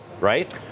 right